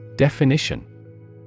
Definition